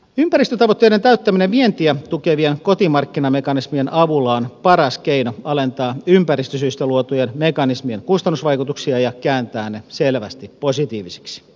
ympäristötavoitteiden täyttäminen vientiä tukevien kotimarkkinamekanismien avulla on paras keino alentaa ympäristösyistä luotujen mekanismien kustannusvaikutuksia ja kääntää ne selvästi positiivisiksi